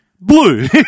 Blue